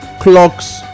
clocks